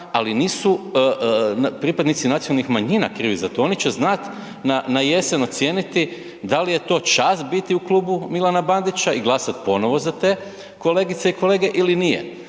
ali nisu pripadnici nacionalnih manjina krivi za to, oni će znati na jesen ocijeniti da li je to čast biti u klubu Milana Bandića i glasati ponovno za te kolegice i kolege ili nije.